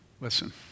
Listen